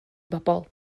bobol